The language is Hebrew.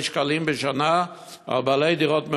שקלים בשנה על בעלי דירות מרובות.